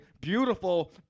beautiful